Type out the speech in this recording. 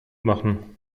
machen